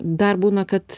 dar būna kad